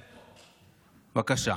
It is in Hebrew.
בבקשה.